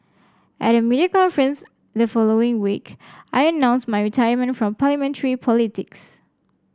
at a media conference the following week I announced my retirement from Parliamentary politics